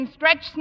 Stretch